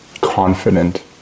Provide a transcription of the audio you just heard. Confident